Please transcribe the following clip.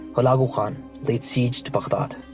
hulagu khan laid siege to baghdad,